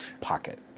pocket